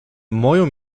moją